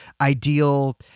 ideal